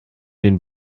den